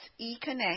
EConnect